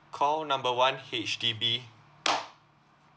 call number one H_D_B